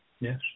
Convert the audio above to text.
Yes